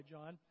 John